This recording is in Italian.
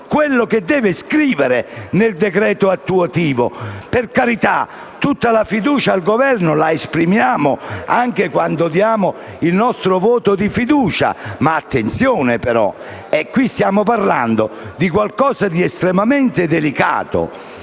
quello che deve scrivere nel decreto attuativo. Per carità, tutta la fiducia al Governo la esprimiamo anche quando diamo il nostro voto di fiducia, ma attenzione: in questo caso stiamo parlando di qualcosa di estremamente delicato.